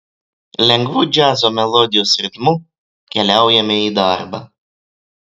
lengvu džiazo melodijos ritmu keliaujame į darbą